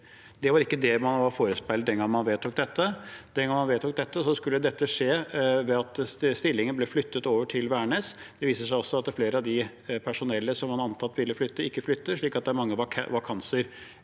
Det var ikke det man var forespeilet den gangen man vedtok dette. Da man vedtok dette, skulle dette skje ved at stillingene ble flyttet over til Værnes. Det viser seg også at flere av det personellet som man antok ville flytte, ikke flytter, slik at det er mange vakanser